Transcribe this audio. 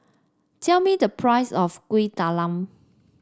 tell me the price of Kuih Talam